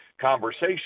conversation